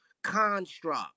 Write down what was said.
construct